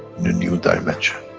new new dimension,